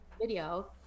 video